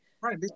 Right